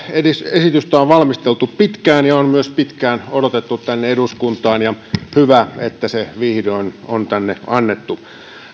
esitystä on valmisteltu pitkään ja on myös pitkään odotettu tänne eduskuntaan ja on hyvä että se vihdoin on tänne annettu